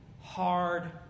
hard